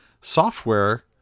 software